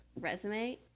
resume